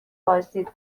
بازدید